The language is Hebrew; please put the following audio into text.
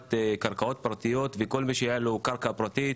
בצורת קרקעות פרטיות וכל מי שהיה לו קרקע פרטית